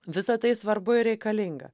visa tai svarbu ir reikalinga